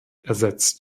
ersetzt